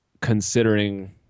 considering